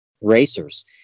racers